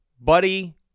Buddy